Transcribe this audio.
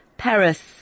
Paris